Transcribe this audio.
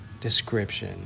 description